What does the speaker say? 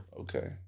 Okay